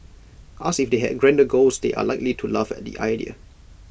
asked if they had grander goals they are likely to laugh at the idea